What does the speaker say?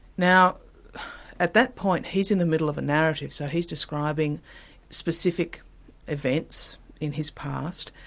now at that point, he's in the middle of a narrative so he's describing specific events in his past,